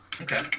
okay